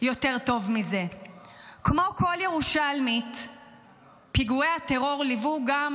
טוב מאוד שבזכות הפעולות שלנו העולם כולו נפטר מחלק